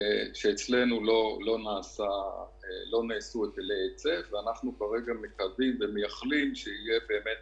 אצלנו לא נעשו היטלי היצף ואנחנו כרגע מקווים ומייחלים שיהיה באמת